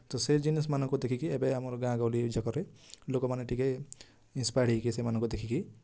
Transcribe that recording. ତ ସେ ଜିନିଷମାନଙ୍କୁ ଦେଖିକି ଏବେ ଆମର ଗାଁ ଗହଳି ଯାକରେ ଲୋକମାନେ ଟିକେ ଇନ୍ସପାୟାର୍ଡ଼ ହେଇକି ସେମାନଙ୍କୁ ଦେଖିକି